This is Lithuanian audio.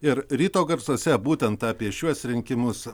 ir ryto garsuose būtent apie šiuos rinkimus